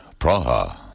Praha